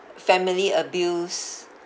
family abuse